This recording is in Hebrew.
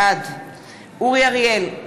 בעד אורי אריאל,